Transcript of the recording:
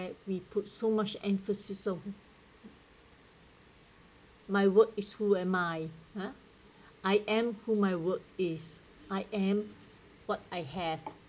we put so much emphasis on my work is who am I ha I am who my work is I am what I have